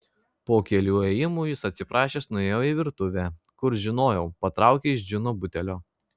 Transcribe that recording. po kelių ėjimų jis atsiprašęs nuėjo į virtuvę kur žinojau patraukė iš džino butelio